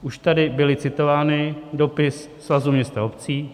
Už tady byl citován dopis Svazu města a obcí.